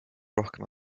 rohkem